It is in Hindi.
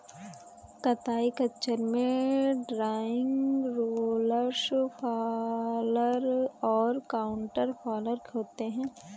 कताई खच्चर में ड्रॉइंग, रोलर्स फॉलर और काउंटर फॉलर होते हैं